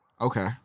okay